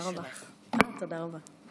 אני מסתמך על ההודעה של השר המקשר.